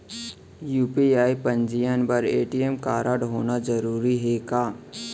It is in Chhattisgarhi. यू.पी.आई पंजीयन बर ए.टी.एम कारडहोना जरूरी हे का?